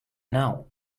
now